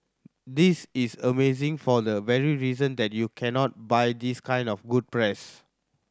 this is amazing for the very reason that you cannot buy this kind of good press